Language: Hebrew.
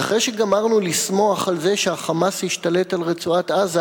אז אחרי שגמרנו לשמוח על זה שה"חמאס" השתלט על רצועת-עזה,